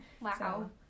Wow